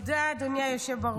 תודה, אדוני היושב בראש.